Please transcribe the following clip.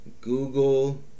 Google